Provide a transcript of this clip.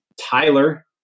Tyler